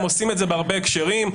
הם עושים את זה בהרבה הקשרים,